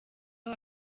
aho